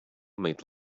made